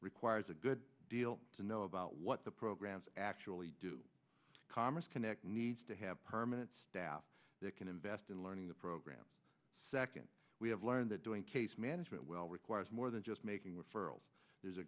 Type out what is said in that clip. requires a good deal to know about what the programs actually do commerce connect needs to have permanent staff that can invest in learning the program second we have learned that doing case management well requires more than just making referrals there's a